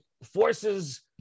forces